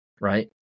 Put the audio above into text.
right